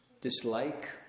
Dislike